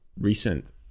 recent